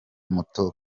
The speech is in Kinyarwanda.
muto